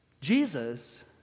Jesus